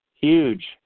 Huge